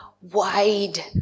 wide